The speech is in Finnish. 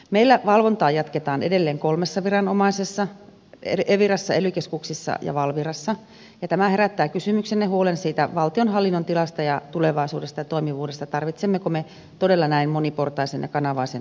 meillä valvontaa jatketaan edelleen kolmessa viranomaisessa evirassa ely keskuksissa ja valvirassa ja tämä herättää kysymyksen ja huolen siitä valtionhallinnon tilasta ja tulevaisuudesta ja toimivuudesta tarvitsemmeko me todella näin moniportaisen ja kanavaisen valvontajärjestelmän